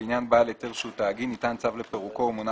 לעניין בעל היתר שהוא תאגיד ניתן צו לפירוקו או מונה